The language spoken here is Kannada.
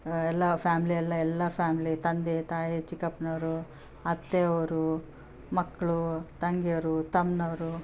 ಎಲ್ಲ ಫ್ಯಾಮ್ಲಿ ಎಲ್ಲ ಎಲ್ಲ ಫ್ಯಾಮ್ಲಿ ತಂದೆ ತಾಯಿ ಚಿಕಪ್ಪನವ್ರು ಅತ್ತೆಯವರು ಮಕ್ಕಳು ತಂಗಿಯರು ತಮ್ಮನವ್ರು